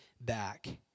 back